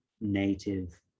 native